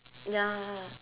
ya